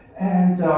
and